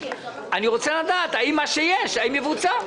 אני רוצה לדעת האם מה שיש יבוצע.